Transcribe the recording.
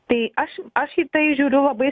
tai aš aš į tai žiūriu labai